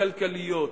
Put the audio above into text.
וגם כלכליות,